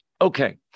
Okay